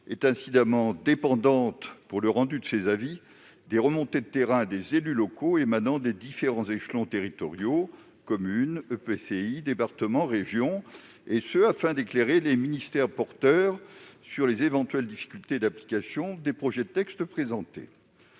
est incidemment dépendante pour le rendu de ses avis des remontées de terrain des élus locaux émanant des différents échelons territoriaux, et ce afin d'éclairer les ministères porteurs sur les éventuelles difficultés d'application des projets de texte présentés.